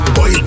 Boy